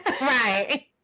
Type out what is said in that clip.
Right